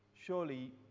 Surely